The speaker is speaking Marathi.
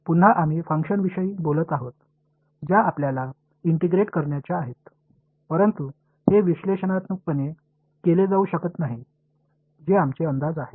पुन्हा आम्ही फंक्शनविषयी बोलत आहोत ज्या आपल्याला इंटिग्रेट करायच्या आहेत परंतु हे विश्लेषणात्मकपणे केले जाऊ शकत नाही जे आमचे अंदाजे आहे